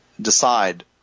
decide